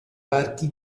parchi